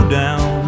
down